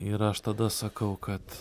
ir aš tada sakau kad